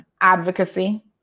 advocacy